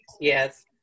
Yes